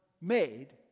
made